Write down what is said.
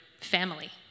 family